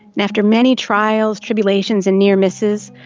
and after many trials, tribulations, and near misses,